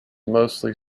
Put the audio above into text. mostly